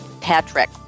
Patrick